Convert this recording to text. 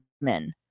men